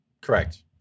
Correct